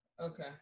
okay